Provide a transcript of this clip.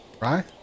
Right